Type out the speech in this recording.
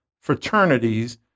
fraternities